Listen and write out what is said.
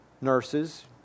nurses